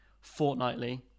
fortnightly